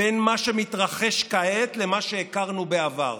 בין מה שמתרחש כעת למה שהכרנו בעבר.